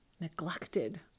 neglected